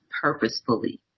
purposefully